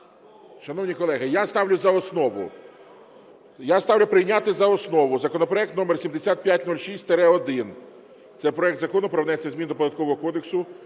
Шановні колеги, я ставлю за основу. Я ставлю прийняти за основу законопроект №7506-1 – це проект Закону про внесення змін до Податкового кодексу